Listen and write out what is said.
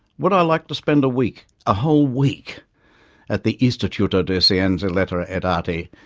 would i like to spend a week a whole week at the istituto di scienze ah lettere ah ed arti,